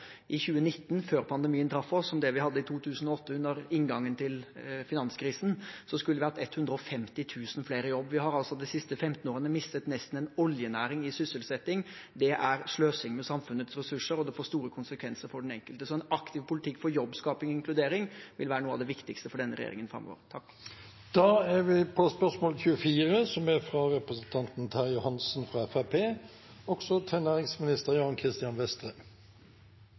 i 2019, før pandemien traff oss, som det vi hadde i 2008, under inngangen til finanskrisen, skulle det vært 150 000 flere i jobb. Vi har altså de siste 15 årene mistet nesten en oljenæring i sysselsetting. Det er sløsing med samfunnets ressurser, og det får store konsekvenser for den enkelte. Så en aktiv politikk for jobbskaping og inkludering vil være noe av det viktigste for denne regjeringen framover. «Russland er